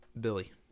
Billy